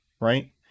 right